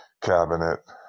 cabinet